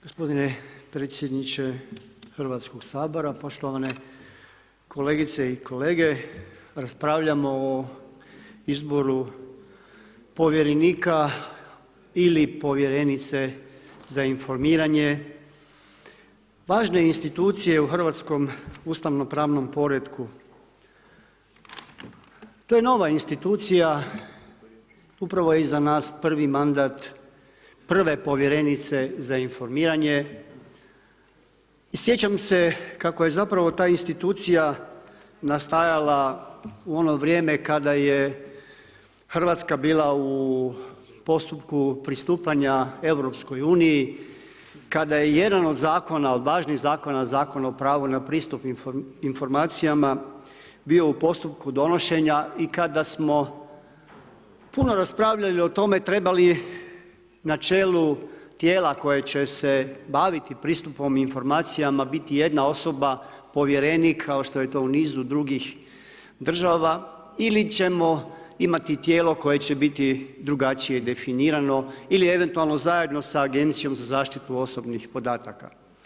Gospodine predsjedniče Hrvatskog sabora, poštovane kolegice i kolege, raspravljamo o izboru povjerenika ili povjerenice za informiranje, važne institucije u hrvatskom ustavno pravnom poretku to je nova institucija upravo je iza nas prvi mandat prve povjerenice za informiranje i sjećam se kako je zapravo ta institucija nastajala u ono vrijeme kada je Hrvatska bila u postupku pristupanja EU kada je jedan od zakona od važnih zakona, Zakon o pravu na pristup informacijama bio u postupku donošenja i kada smo puno raspravljali o tome treba li na čelu tijelu koje će se baviti pristupom informacija biti jedna osoba povjerenik kao što je to u nizu drugih država ili ćemo imati tijelo koje će biti drugačije definirano ili eventualno zajedno sa Agencijom za zaštitu osobnih podataka.